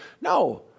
no